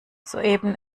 soeben